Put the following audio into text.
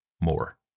more